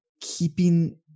keeping